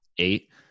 Eight